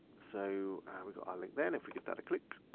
so we've got our link there and if we give that a click,